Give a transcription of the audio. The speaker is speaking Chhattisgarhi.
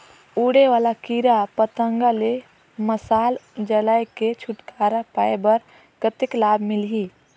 उड़े वाला कीरा पतंगा ले मशाल जलाय के छुटकारा पाय बर कतेक लाभ मिलही?